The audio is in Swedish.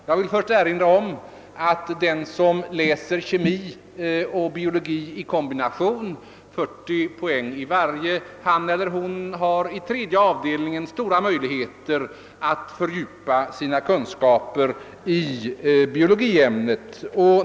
Först vill jag erinra om att den som läser kemi och biologi i kombination, 40 poäng för varje äm ne, i tredje avdelningen har stora möjligheter att fördjupa sina kunskaper i biologiämnet.